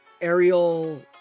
aerial